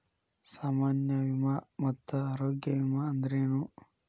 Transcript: ಸಾಮಾನ್ಯ ವಿಮಾ ಮತ್ತ ಆರೋಗ್ಯ ವಿಮಾ ಅಂದ್ರೇನು?